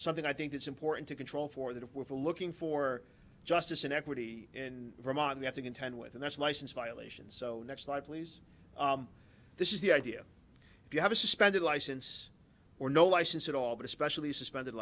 something i think it's important to control for that if we're looking for justice and equity in vermont we have to contend with that's a license violation so next slide please this is the idea if you have a suspended license or no license at all but especially suspended